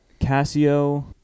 Casio